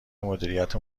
مدیریت